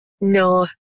No